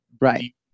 Right